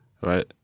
right